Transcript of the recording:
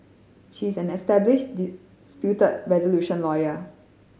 she's an established disputed resolution lawyer